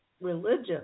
religion